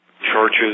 churches